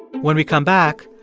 when we come back,